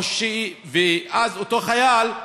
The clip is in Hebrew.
ואז, אותו חייל,